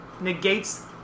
negates